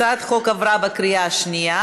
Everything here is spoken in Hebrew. הצעת החוק התקבלה בקריאה שנייה.